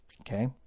Okay